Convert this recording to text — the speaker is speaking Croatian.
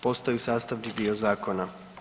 Postaju sastavni dio zakona.